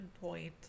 point